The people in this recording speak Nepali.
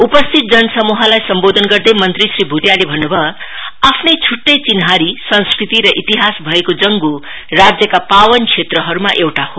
उपस्थित जनसमूहलाई सम्बोधन गर्दै मन्त्री श्री भूटियाले भन्न् भयो आफ्नै छुट्टै चिन्हारी संस्कृति र इतिहास भएको जंग् राज्यका पावन क्षेत्रहरूमा एउटा हो